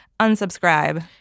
Unsubscribe